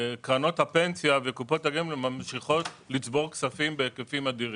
קרנות הפנסיה וקופות הגמל ממשיכות לצבור כספים בהיקפים אדירים.